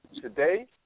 today